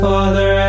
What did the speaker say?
Father